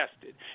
Tested